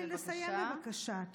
תיתני לי לסיים, בבקשה.